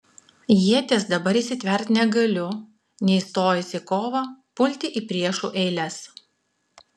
ieties dabar įsitverti negaliu nei stojęs į kovą pulti į priešų eiles